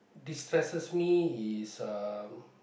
destresses me is uh